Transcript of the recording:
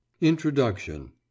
introduction